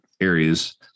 areas